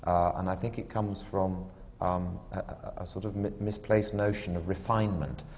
and i think it comes from um a sort of misplaced notion of refinement.